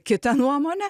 kitą nuomonę